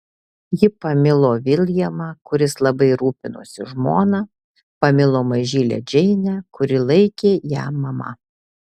ji pamilo viljamą kuris labai rūpinosi žmona pamilo mažylę džeinę kuri laikė ją mama